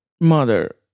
Mother